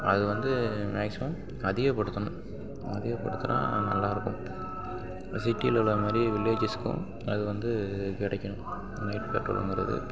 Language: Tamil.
அது வந்து மேக்சிமம் அதிகப்படுத்தணும் அதிகப்படுத்தினா நல்லா இருக்கும் சிட்டியில் உள்ள மாதிரி வில்லேஜஸ்க்கும் அது வந்து கிடைக்கணும் நைட் பேட்ரோல் மாதிரி அது